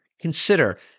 Consider